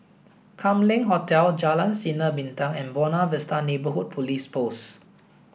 Kam Leng Hotel Jalan Sinar Bintang and Buona Vista Neighbourhood Police Post